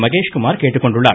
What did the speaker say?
மகேஷ்குமார் கேட்டுக்கொண்டுள்ளார்